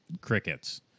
crickets